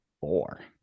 four